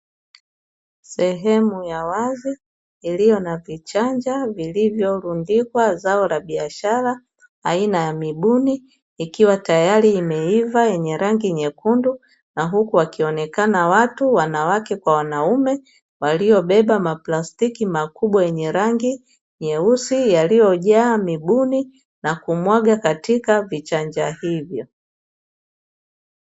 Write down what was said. Sehemu ya wazi, iliyo na vichanja vilivyolundikwa zao la biashara aina ya mibuni ikiwa tayari imeiva yenye rangi nyekundu na huku wakionekana watu wanawake kwa wanaume waliyobeba maplastiki makubwa yenye rangi nyeusi yaliyojaa mibuni na kumwaga katika vichanja hivyo.